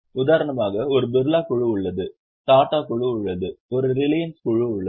உதாரணமாக ஒரு பிர்லா குழு உள்ளது டாடா குழு உள்ளது ஒரு ரிலையன்ஸ் குழு உள்ளது